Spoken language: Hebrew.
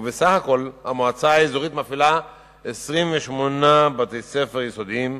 ובסך הכול המועצה האזורית מפעילה 28 בתי-ספר יסודיים,